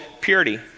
purity